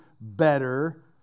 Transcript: better